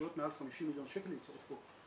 התקשרויות מעל 50 מיליון שקל נמצאות פה,